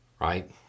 right